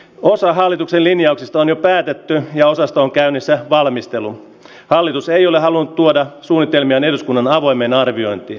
osa hallituksen linjaukset on jo päätetty ja osasto on käynnistää valmistelut hallitus ei ole halun tuoda suunitelmien eduskunnan avoimeen arviointi ja